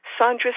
Sandra